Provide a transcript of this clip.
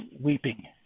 weeping